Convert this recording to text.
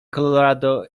colorado